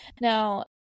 now